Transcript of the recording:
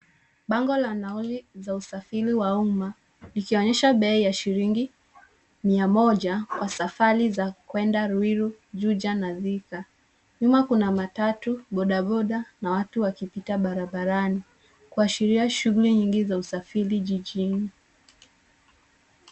Bango la nauli la usafiri wa uma likionyesha bei ya shilingi mia moja kwa safari za kuenda Ruiru, Juja na Thika. Nyuma kuna matatu, boda boda na watu wakivuka barabarani kuashiria shughuli nyingi za usafiri jijini.